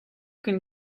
can